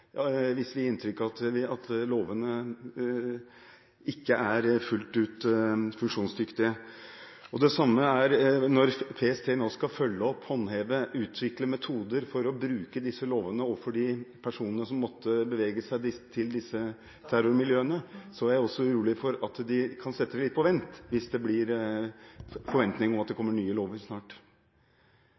hvis vi gir inntrykk av at de ikke er fullt ut funksjonsdyktige. Og på samme måte: Når PST nå skal følge opp, håndheve og utvikle metoder for å bruke disse lovene overfor de personene som måtte bevege seg til disse terrormiljøene, er jeg også urolig for at de kan sette det litt på vent hvis det blir en forventning om at det snart kommer nye lover.